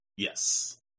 Yes